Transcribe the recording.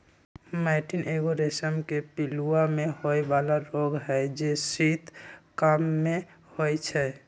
मैटीन एगो रेशम के पिलूआ में होय बला रोग हई जे शीत काममे होइ छइ